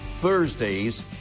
Thursdays